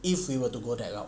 if we were to go there lah